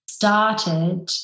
Started